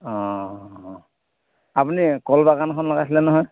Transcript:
আপুনি কল বাগানখন লগাইছিলে নহয়